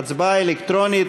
ההצבעה היא אלקטרונית.